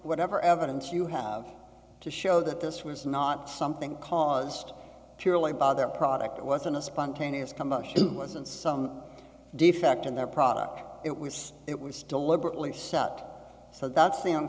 whatever evidence you have to show that this was not something caused purely by their product it wasn't a spontaneous combustion wasn't some defect in their product it was it was deliberately shot so that